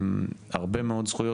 הרבה מאוד זכויות,